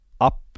up